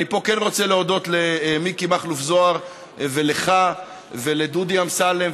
אני רוצה להודות למיקי מכלוף זוהר ולך ולדודי אמסלם